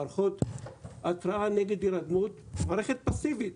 מערכות התרעה נגד הירדמות מערכת פאסיבית,